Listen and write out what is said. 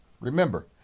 Remember